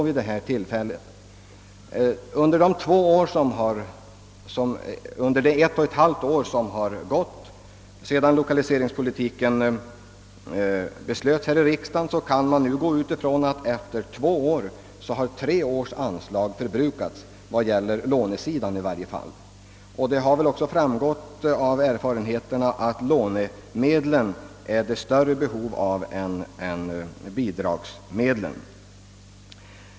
Med hänsyn till förhållandena efter det att ett och ett halvt år gått sedan vi här i riksdagen fattade beslut om lokaliseringspolitiken kan man utgå ifrån att efter två år kommer tre års anslag att vara förbrukade, i varje fall vad beträffar lånesidan. Erfarenheterna har också visat att det föreligger större behov av lånemedel än av bidragsmedel.